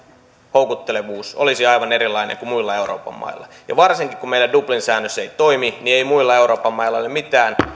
houkuttelevuus olisi aivan erilainen kuin muilla euroopan mailla ja varsinkin kun meillä dublin säännös ei toimi muilla euroopan mailla ei ole mitään